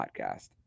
podcast